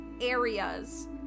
areas